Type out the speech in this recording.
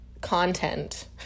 content